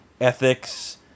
ethics